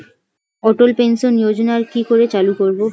অটল pension যোজনার কি করে চালু করব?